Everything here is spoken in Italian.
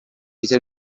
vita